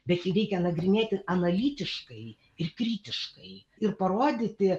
bet jį reikia nagrinėti analitiškai ir kritiškai ir parodyti